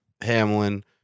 Hamlin